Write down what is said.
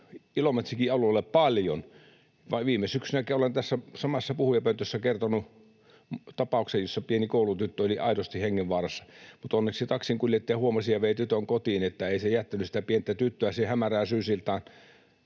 Ilomantsinkin alueella paljon. Viime syksynäkin olen tässä samassa puhujapöntössä kertonut tapauksen, jossa pieni koulutyttö oli aidosti hengenvaarassa, mutta onneksi taksinkuljettaja huomasi ja vei tytön kotiin, niin että ei se jättänyt sitä pientä tyttöä siihen hämärään syysiltaan